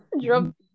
Drop